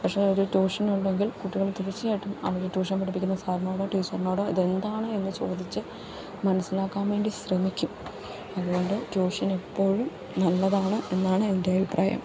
പക്ഷെ ഒരു ട്യൂഷനുണ്ടെങ്കിൽ കുട്ടികൾ തീര്ച്ചയായിട്ടും അവർ ട്യൂഷൻ പഠിപ്പിക്കുന്ന സാറിനോടോ ടീച്ചര്നോടോ ഇതെന്താണ് എന്ന് ചോദിച്ച് മനസ്സിലാക്കാൻ വേണ്ടി ശ്രമിക്കും അതുകൊണ്ട് ട്യൂഷൻ എപ്പോഴും നല്ലതാണ് എന്നാണ് എൻ്റെ അഭിപ്രായം